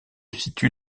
situe